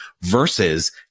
versus